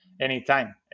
anytime